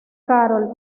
carol